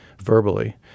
verbally